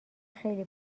خیلی